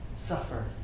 suffer